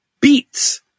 beats